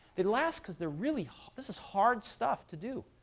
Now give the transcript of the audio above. they last because they're really this is hard stuff to do.